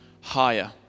higher